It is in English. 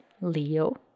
Leo